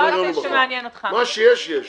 מה שיש יש.